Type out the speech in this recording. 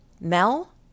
Mel